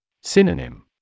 Synonym